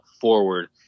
forward